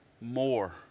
more